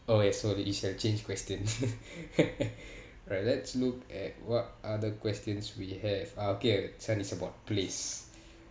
oh ya so the we shall change question right let's look at what other questions we have ah okay this one is about place